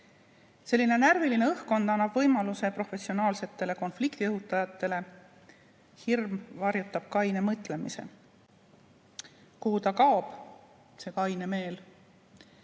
aega. Selline närviline õhkkond annab võimaluse professionaalsetele konfliktiõhutajatele. Hirm varjutab kaine mõtlemise. Kuhu ta kaob, see kaine meel?